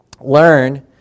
learn